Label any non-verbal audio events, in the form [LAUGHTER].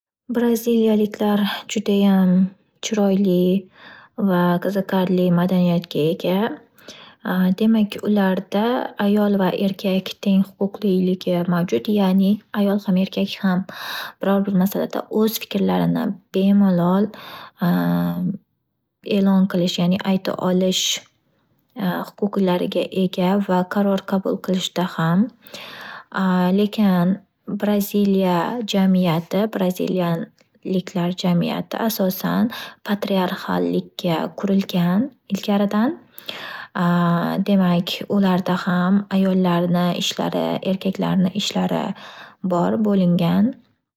Braziliyaliklar judayam chiroyli va qiziqarli madaniyatga ega. [HESITATION] Demak ularda ayol va erkak teng huquqliligi mavjud ya'ni ayol ham erkak ham biror bir masalada o'z fiklarini bemalol [HESITATION] e'lon qilish ya'ni ayta olish [HESITATION] huquqlariga ega qaror qabul qilishda ham [HESITATION] lekin braziliya jamiyati braziliyaliklar jamiyati asosan patrarxatlikka qurilgan ilgaridan. [HESITATION] Demak ularda ham ayollarni ishlari erkaklarning ishlari bor bo’lingan.